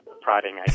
prodding